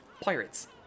Pirates